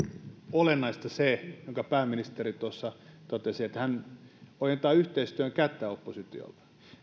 olennaista se jonka pääministeri tuossa totesi että hän ojentaa yhteistyön kättä oppositiolle